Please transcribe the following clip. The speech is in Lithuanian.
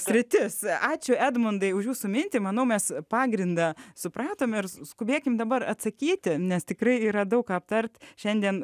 sritis ačiū edmundai už jūsų mintį manau mes pagrindą supratome ir skubėkime dabar atsakyti nes tikrai yra daug aptarti šiandien